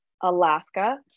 alaska